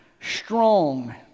strong